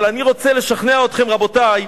אבל אני רוצה לשכנע אתכם, רבותי,